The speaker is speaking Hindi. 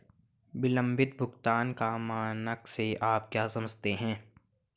विलंबित भुगतान का मानक से आप क्या समझते हैं?